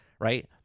right